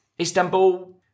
Istanbul